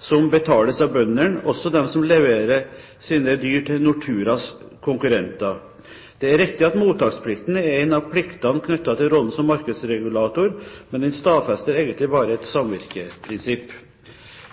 som betales av bøndene, også av dem som leverer sine dyr til Norturas konkurrenter. Det er riktig at mottaksplikten er en av pliktene knyttet til rollen som markedsregulator, men den stadfester egentlig bare et samvirkeprinsipp.